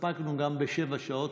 הסתפקנו גם בשבע שעות,